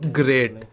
great